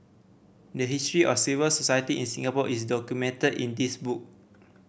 the history of civil society in Singapore is documented in this book